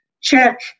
check